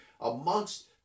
amongst